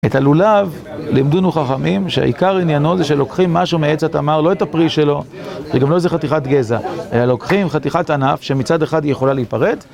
את הלולב, לימדונו חכמים, שהעיקר עניינו זה שלוקחים משהו מעץ התמר, לא את הפרי שלו, וגם לא איזה חתיכת גזע, אלא לוקחים חתיכת ענף שמצד אחד היא יכולה להיפרד,